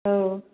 औ